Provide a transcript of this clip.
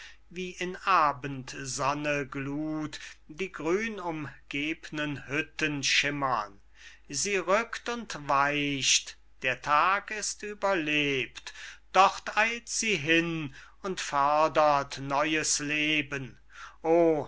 wie in abendsonne glut die grünumgebnen hütten schimmern sie rückt und weicht der tag ist überlebt dort eilt sie hin und fördert neues leben o